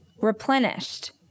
replenished